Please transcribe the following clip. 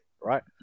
right